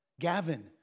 Gavin